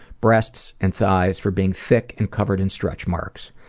breasts and thighs for being thick and covered in stretch marks.